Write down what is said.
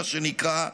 מה שנקרא,